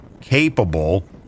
capable